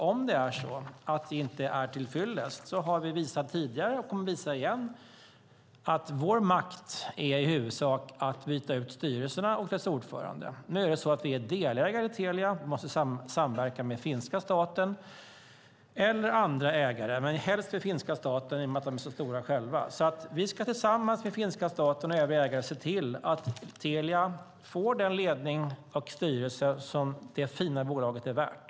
Om det är så att det inte är till fyllest - det har vi visat tidigare och kommer att visa igen - är vår makt i huvudsak att byta ut styrelserna och dess ordförande. Nu är det så att vi är delägare i Telia. Vi måste samverka med finska staten eller andra ägare, men helst med finska staten eftersom den är en så stor ägare. Vi ska tillsammans med finska staten och övriga ägare se till att Telia får den ledning och styrelse som det fina bolaget är värt.